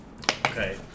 Okay